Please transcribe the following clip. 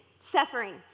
suffering